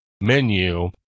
menu